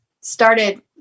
started